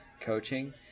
coaching